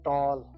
Tall